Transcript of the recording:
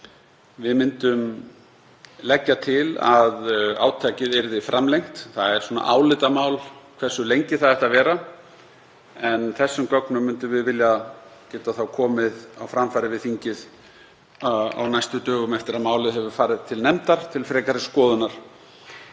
við munum leggja til að átakið verði framlengt. Það er svona álitamál hversu lengi það ætti að vera, en þessum gögnum myndum við vilja geta komið á framfæri við þingið á næstu dögum eftir að málið hefur farið til nefndar til frekari skoðunar.